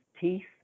teeth